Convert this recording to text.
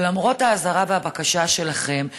למרות האזהרה והבקשה שלכם,